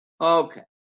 Okay